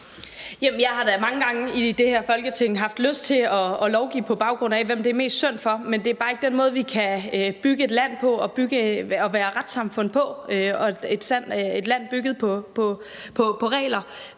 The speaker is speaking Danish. jeg har da mange gange i det her Folketing haft lyst til at lovgive på baggrund af, hvem det er mest synd for, men det er bare ikke den måde, vi kan bygge et land på og være et retssamfund på. Vi er et land bygget på regler,